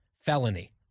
felony